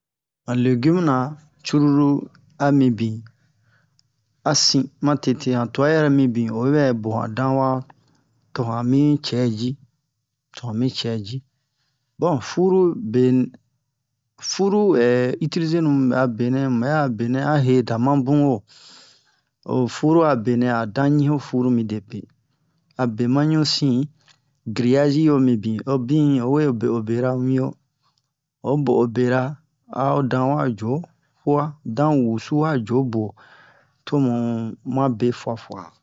han legum na cruru a mibin a sin ma tete han tua yɛrɛ mibin oyi bɛ bo han danwa to han mi cɛ ji to han mi cɛ ji bon furu be furu itilizenu bɛ'a a benɛ mu bɛ'a benɛ a he da mabun wo o furu a benɛ a dan ɲi'o furu midepe a be ma ɲusin griazi yo mibin o bin o we be'o bera wian o bo'o bera a'o dan wa jo hu'a dan wusu wa jo bu'o to mu ma be fua fua ɲɲɲ